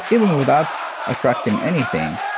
even without attracting anything,